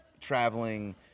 traveling